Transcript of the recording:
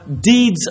deeds